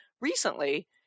recently